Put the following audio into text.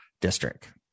district